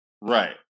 Right